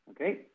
okay